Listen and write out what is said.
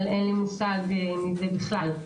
אבל אין לי מושג מזה בכלל.